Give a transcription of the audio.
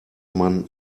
man